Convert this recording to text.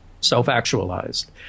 self-actualized